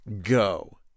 go